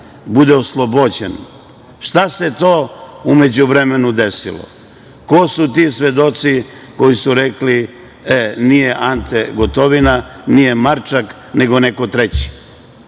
bude oslobođen. Šta se to u međuvremenu desilo? Ko su ti svedoci koji su rekli – e, nije Ante Gotovina, nije Marčak, nego neko treći?